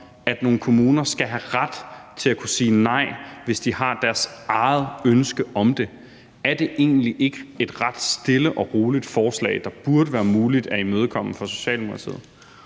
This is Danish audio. at nogle kommuner skal have ret til at kunne sige nej, hvis de selv har et ønske om det. Er det egentlig ikke et ret stille og roligt forslag, der burde være muligt at imødekomme for Socialdemokratiet?